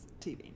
tv